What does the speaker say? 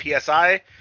PSI